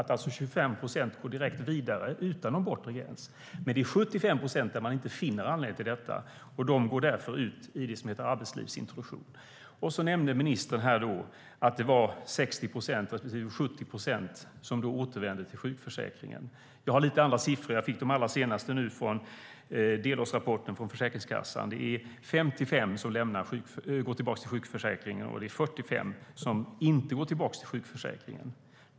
25 procent går direkt vidare utan någon bortre gräns. Men för 75 procent finner man inte någon anledning till detta. De går därför ut i det som heter arbetslivsintroduktion. Ministern nämnde att 60 respektive 70 procent återvänder till sjukförsäkringen. Jag har lite andra siffror. Jag fick de allra senaste från delårsrapporten från Försäkringskassan. 55 procent går tillbaka till sjukförsäkringen och 45 procent går inte tillbaka till sjukförsäkringen.